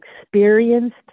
experienced